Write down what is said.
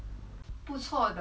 !wah! 怎样不错